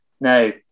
Now